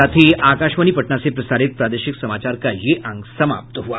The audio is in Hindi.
इसके साथ ही आकाशवाणी पटना से प्रसारित प्रादेशिक समाचार का ये अंक समाप्त हुआ